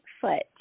foot